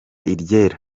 iryera